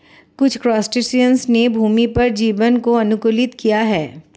कुछ क्रस्टेशियंस ने भूमि पर जीवन को अनुकूलित किया है